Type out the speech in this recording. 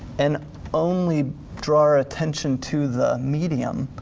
and only draw our attention to the medium,